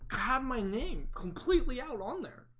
have my name completely out along there,